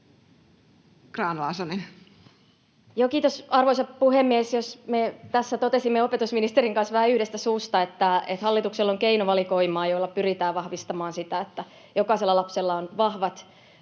Grahn-Laasonen. Kiitos, arvoisa puhemies! Me tässä totesimme opetusministerin kanssa vähän yhdestä suusta, että hallituksella on keinovalikoimaa, jolla pyritään vahvistamaan sitä, että jokaisella lapsella on vahvat